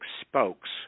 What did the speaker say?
spokes